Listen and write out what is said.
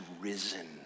risen